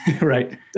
Right